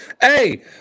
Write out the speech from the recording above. Hey